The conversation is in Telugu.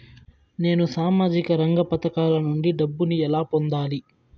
నేను సామాజిక రంగ పథకాల నుండి డబ్బుని ఎలా పొందాలి?